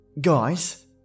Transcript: Guys